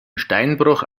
steinbruch